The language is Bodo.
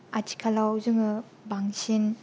आथिखालाव जोङो बांसिन